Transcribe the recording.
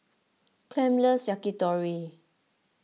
Clem loves Yakitori